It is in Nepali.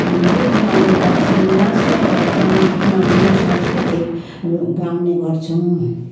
गीत गाउने गर्छौँ नाच्ने गर्छौँ आफ्नो आफ्नो सांस्कृतिक गाउने गर्छौँ